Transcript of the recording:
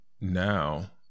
now